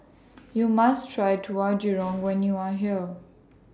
YOU must Try Tauhu Goreng when YOU Are here